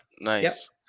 nice